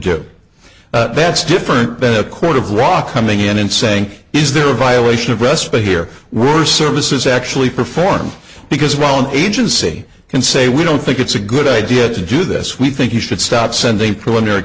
do that's different than a court of law coming in and saying is there a violation of respite here were services actually perform because while an agency can say we don't think it's a good idea to do this we think you should stop sending pr